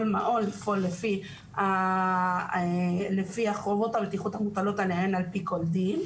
מעון לפעול לפי חובות הבטיחות המוטלות עליו על פי כל דין.